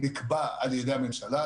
נקבע על ידי הממשלה,